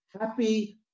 happy